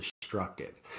destructive